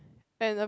and the